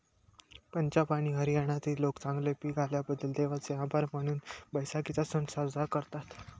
पंजाब आणि हरियाणातील लोक चांगले पीक आल्याबद्दल देवाचे आभार मानून बैसाखीचा सण साजरा करतात